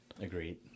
Agreed